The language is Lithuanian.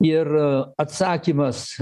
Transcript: ir atsakymas